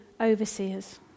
overseers